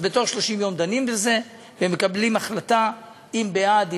אז בתוך 30 יום דנים בזה ומקבלים החלטה אם בעד,